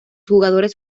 jugadores